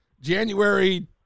January